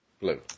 Blue